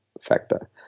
factor